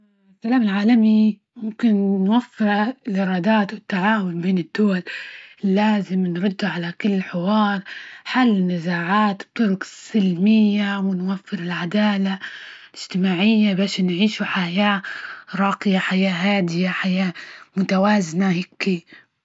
السلام العالمي ممكن نوفره الإرادات والتعاون بين الدول، لازم نردوا على كل الحوار، حل النزاعات، بالطرق السلمية، ونوفر العدالة الاجتماعية، بش نعيشوا حياة راقية، حياة هادية، حياة متوازنة هيكى.